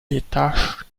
détache